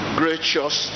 gracious